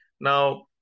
Now